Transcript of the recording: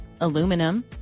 aluminum